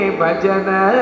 bajana